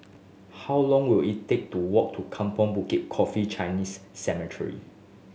how long will it take to walk to Kampong Bukit Coffee Chinese Cemetery